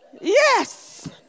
Yes